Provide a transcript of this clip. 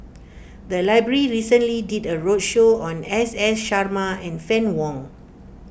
the library recently did a roadshow on S S Sarma and Fann Wong